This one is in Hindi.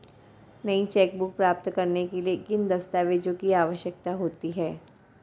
नई चेकबुक प्राप्त करने के लिए किन दस्तावेज़ों की आवश्यकता होती है?